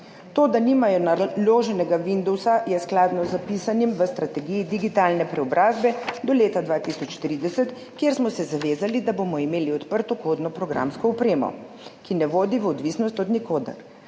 To, da nimajo naloženega Windowsa, je skladno z zapisanim v strategiji digitalne preobrazbe do leta 2030, kjer smo se zavezali, da bomo imeli odprtokodno programsko opremo, ki ne vodi v odvisnost od nikogar.